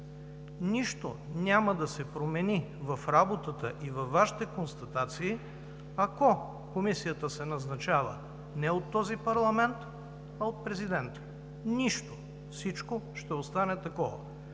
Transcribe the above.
Нищо няма да се промени в работата и във Вашите констатации, ако Комисията се назначава не от този парламент, а от президента. Нищо! Всичко ще остане такова!